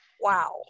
Wow